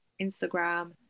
instagram